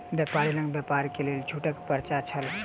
व्यापारी लग व्यापार के लेल छूटक पर्चा छल